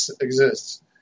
exists